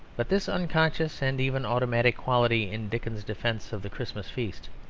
but this unconscious and even automatic quality in dickens's defence of the christmas feast,